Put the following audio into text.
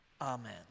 amen